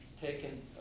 taken